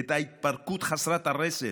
את ההתפרקות חסרת הרסן,